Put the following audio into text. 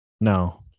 no